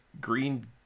Green